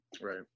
Right